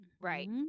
right